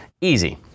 Easy